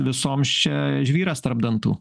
visoms čia žvyras tarp dantų